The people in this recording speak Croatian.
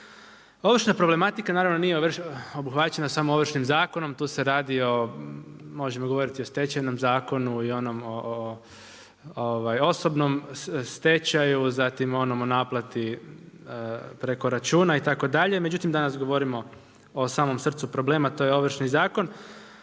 Ovršna problematika naravno nije obuhvaćena samo Ovršnim zakonom, tu se radi možemo reći i o Stečajnom zakonu i onom osobnom stečaju, zatim onom o naplati preko računa itd., međutim danas govorimo o samom srcu problema, to je Ovršni zakon.